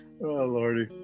Lordy